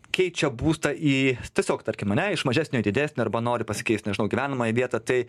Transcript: keičia būstą į tiesiog tarkim ane iš mažesnio į didesnį arba nori pasikeist nežinau gyvenamąją vietą tai